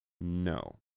No